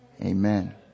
amen